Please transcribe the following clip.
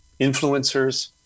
influencers